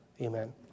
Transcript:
Amen